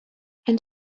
and